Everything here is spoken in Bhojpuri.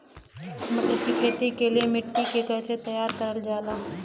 मटर की खेती के लिए मिट्टी के कैसे तैयार करल जाला?